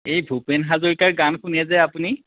এই ভূপেন হাজৰিকাৰ গান শুনে যে আপুনি